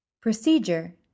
Procedure